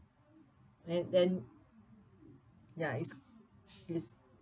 and then ya it's it's